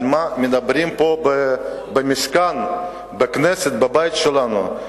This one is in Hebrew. על מה מדברים פה במשכן, בכנסת, בבית שלנו.